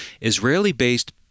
Israeli-based